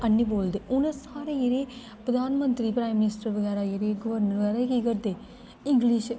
हैन्नी बोलदे उ'नें साढ़े जेह्ड़े प्रधानमंत्री प्राईम मनिस्टर बगैरा जेह्ड़े गवर्नर बगैरा एह् केह् करदे इंग्लिश